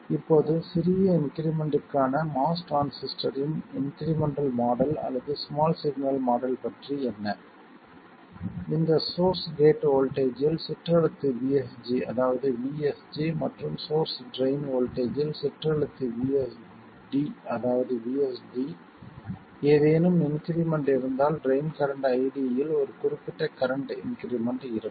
இப்போது சிறிய இன்க்ரிமெண்ட்க்கான MOS டிரான்சிஸ்டரின் இன்க்ரிமெண்டல் மாடல் அல்லது ஸ்மால் சிக்னல் மாடல் பற்றி என்ன இந்த சோர்ஸ் கேட் வோல்ட்டேஜ்ஜில் சிற்றெழுத்து VSG அதாவது vSG மற்றும் சோர்ஸ் ட்ரைன் வோல்ட்டேஜ்ஜில் சிற்றெழுத்து VSD அதாவது vSD ஏதேனும் இன்க்ரிமெண்ட் இருந்தால் ட்ரைன் கரண்ட் iD யில் ஒரு குறிப்பிட்ட கரண்ட் இன்க்ரிமெண்ட் இருக்கும்